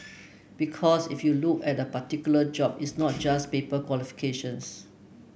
because if you look at a particular job it's not just paper qualifications